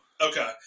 Okay